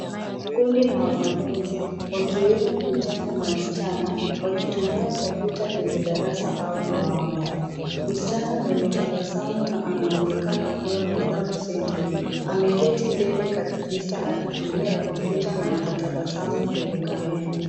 Kundi la wanafunzi wakiwemo vijana na wasichana wakitumia kompyuta kwenye darasa au maabara. Msichana mwenye tabasamu na anaonekana kuwa na Down Syndrome ameketi mbele kabisa akitumia kompyuta na anatabasamu kwenye kamera.